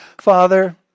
Father